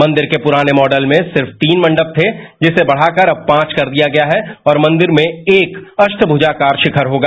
मंदिर के पुराने मॉडल में सिर्फ तीन मंडप थे जिसे बढाकर पांच कर दिया गया है और मंदिर में एक अष्टभुजाकार शिखर होगा